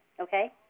okay